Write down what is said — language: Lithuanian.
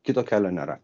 kito kelio nėra